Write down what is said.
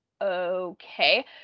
okay